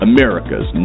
America's